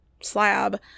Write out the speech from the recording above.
slab